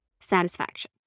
satisfaction